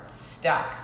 stuck